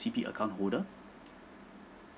O_C_B_C account holder